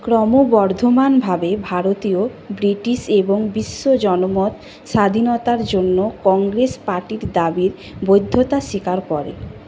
ক্রমবর্ধমানভাবে ভারতীয় ব্রিটিশ এবং বিশ্ব জনমত স্বাধীনতার জন্য কংগ্রেস পার্টির দাবির বৈধতা স্বীকার করে